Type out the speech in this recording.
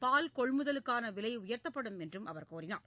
பால் கொள்முதலுக்கான விலை உயர்த்தப்படும் என்றும் அவர் கூறினார்